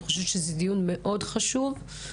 זה דיון מאוד חשוב לדעתי,